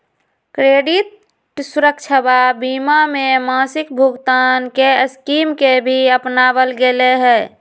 credit सुरक्षवा बीमा में मासिक भुगतान के स्कीम के भी अपनावल गैले है